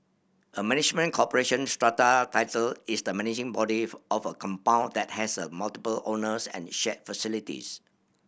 a management corporation strata title is the managing body of a compound that has a multiple owners and shared facilities